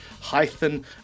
hyphen